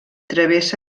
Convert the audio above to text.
travessa